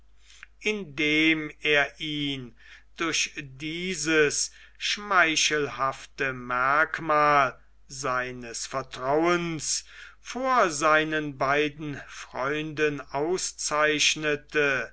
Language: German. indem er ihn durch dieses schmeichelhafte merkmal seines vertrauens vor seinen beiden freunden auszeichnete